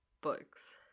books